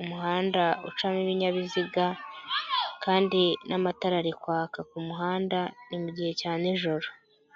umuhanda ucamo ibinyabiziga kandi n'amatara ari kwaka ku kumuhanda, ni mugihe cya nijoro.